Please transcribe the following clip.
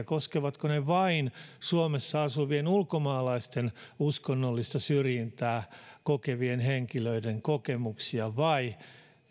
koskevatko ne vain suomessa asuvien ulkomaalaisten uskonnollista syrjintää kokevien henkilöiden kokemuksia vai